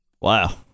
Wow